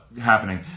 happening